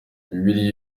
bibiliya